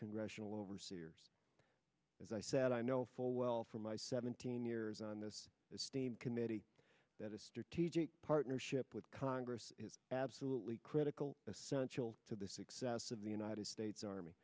congressional overseers as i said i know full well from my seventeen years on this state committee that a strategic partnership with congress is absolutely critical essential to the success of the united states army